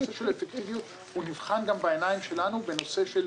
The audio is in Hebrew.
הנושא של אפקטיביות הוא נבחן גם בעיניים שלנו בנושא של